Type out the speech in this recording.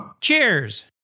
Cheers